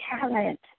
talent